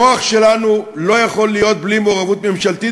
המוח שלנו לא יכול להיות בלי מעורבות ממשלתית